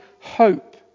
hope